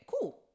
cool